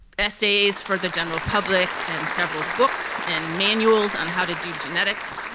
essays for the general public and several books and manuals on how to do genetics,